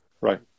Right